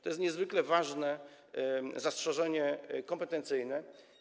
To jest niezwykle ważne zastrzeżenie kompetencyjne.